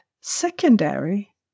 secondary